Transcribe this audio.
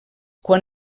quan